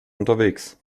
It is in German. unterwegs